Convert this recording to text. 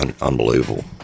unbelievable